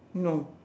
no